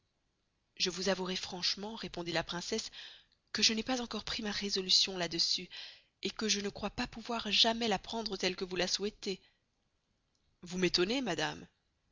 je vous avoüeray franchement répondit la princesse que je n'ay pas encore pris ma resolution làdessus et que je ne croy pas pouvoir jamais la prendre telle que vous la souhaitez vous m'étonnez madame